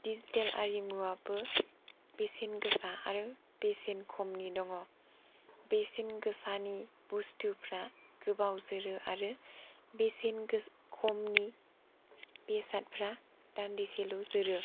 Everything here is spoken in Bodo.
दिजिथेल आरिमु आबो बेसेन गोसा आरो बेसेन खमनि दङ बेसेन गोसानि बुस्थुफ्रा गोबाव जोरो आरो बेसेन खमनि बेसादफ्रा दान्दिसेल' जोरो